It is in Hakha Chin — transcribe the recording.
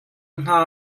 hna